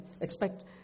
expect